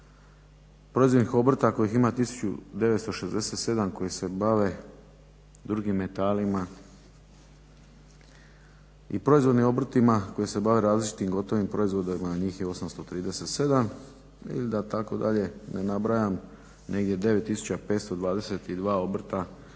proizvodnih obrta kojih ima tisuću 967 koji se bave drugim metalima, i proizvodnim obrtima koji se bave različitim gotovim proizvodima njih je 837, ili da tako dalje ne nabrajam negdje 9 tisuća